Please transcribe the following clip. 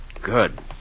Good